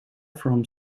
from